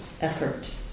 effort